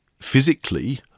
physically